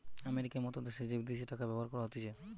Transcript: আমেরিকার মত দ্যাশে যে বিদেশি টাকা ব্যবহার করা হতিছে